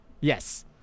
Yes